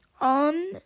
on